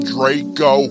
Draco